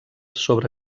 sobre